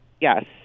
Yes